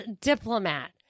diplomat